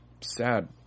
sad